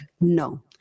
no